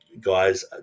guys